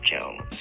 Jones